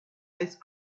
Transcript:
ice